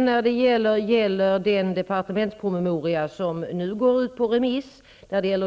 När det gäller den departementspromemoria om